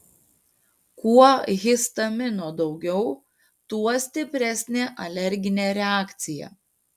kuo histamino daugiau tuo stipresnė alerginė reakcija